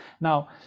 Now